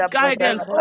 guidance